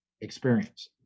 experience